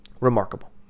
Remarkable